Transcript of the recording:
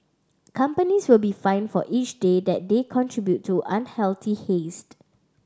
companies will be fined for each day that they contribute to unhealthy hazed